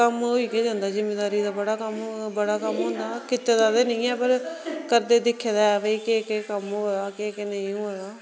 कम्म होई के जंदा जिमीदारी दा बड़ा कम्म बड़ा कम्म होंदा कीते दा ते नी ऐ पर करदे दिक्खे दा ऐ भाई केह् केह् कम्म होआ दा केह् केह् नेई होआ दा